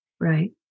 right